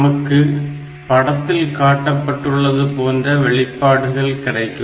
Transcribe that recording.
நமக்கு படத்தில் காட்டப்பட்டுள்ளது போன்ற வெளிப்பாடுகள் கிடைக்கும்